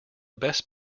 best